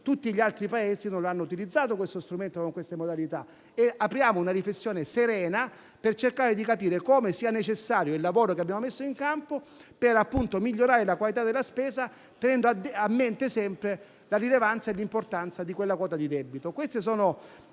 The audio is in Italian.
tutti gli altri Paesi non abbiano utilizzato questo strumento con tali modalità. Apriamo una riflessione serena, per cercare di capire come sia necessario il lavoro che abbiamo messo in campo per migliorare la qualità della spesa, tenendo a mente sempre la rilevanza e l'importanza di quella quota di debito.